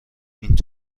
این